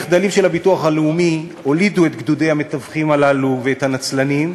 מחדלים של הביטוח הלאומי הולידו את גדודי המתווכים הללו ואת הנצלנים.